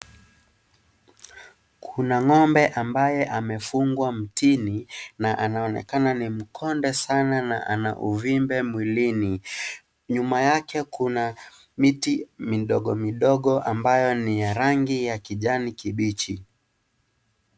Kuna ng'ombe ambaye amefungwa mtini na anaonekana ni mkonde Sana na ana uvimbe mwilini. Nyuma yake kuna miti midogo midogo ambayo ni ya rangi ya kijani kibichi.